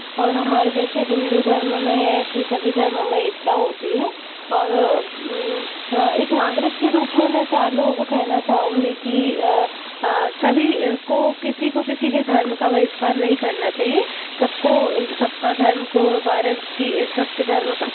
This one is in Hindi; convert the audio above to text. और हमारे जैसे हिन्दू धर्म में है ऐसी सभी धर्मों में एकता होती है और एक नागरिक के रूप में मैं चार लोगों को कहना चाहूँगी कि सभी को किसी को किसी की धर्म का बहिष्कार नहीं करना चाहिए सबको सबका धर्म को बारे की सबके धर्म